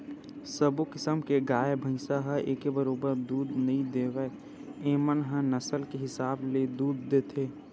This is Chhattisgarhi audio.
सब्बो किसम के गाय, भइसी ह एके बरोबर दूद नइ देवय एमन ह नसल के हिसाब ले दूद देथे